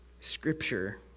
Scripture